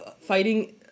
fighting